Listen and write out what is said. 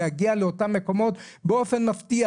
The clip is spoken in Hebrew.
להגיע לאותם מקומות באופן מפתיע.